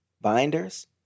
binders